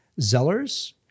Zellers